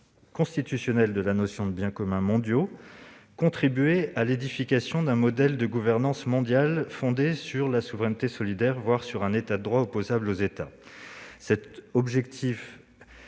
de la notion de « biens communs mondiaux », contribuer à l'édification d'un nouveau modèle de gouvernance mondiale fondé sur la « souveraineté solidaire », voire sur « un État de droit opposable aux États ». Cet objectif